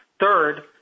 Third